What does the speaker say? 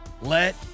let